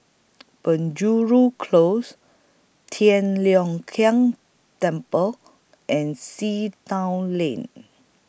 Penjuru Close Tian Leong Keng Temple and Sea Town Lane